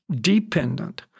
dependent